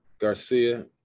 Garcia